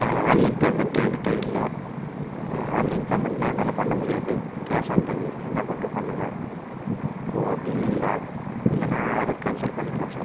அதை online payment என்கிட்ட இல்லை ஆன்லைன் பேமெண்ட்னா என்னால் பண்ண முடியாது கேஷ் ஆன் டெலிவரி இருந்தால் மட்டும் பண்ணுங்கள் ஓ அப்படி இல்லைங்களா இல்லைனா ஆர்டர் கேன்சல் பண்ணிக்கலாம் சார்